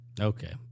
Okay